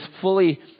fully